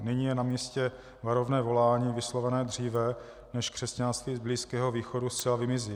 Nyní je namístě varovné volání vyslovené dříve, než křesťanství z Blízkého východu zcela vymizí.